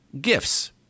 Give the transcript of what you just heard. gifts